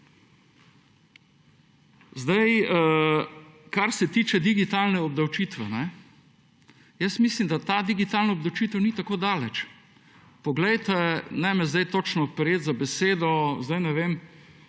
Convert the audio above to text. Zdaj, kar se tiče digitalne obdavčitve. Jaz mislim, da ta digitalna obdavčitev ni tako daleč. Poglejte, ne me zdaj točno prijeti za besedo, zdaj ne vem,